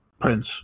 Prince